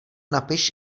napiš